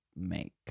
make